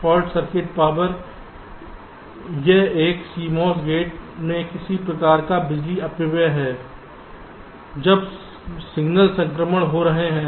short circuit power यह एक CMOS gate में किसी प्रकार का बिजली अपव्यय है जब सिग्नल संक्रमण हो रहे हैं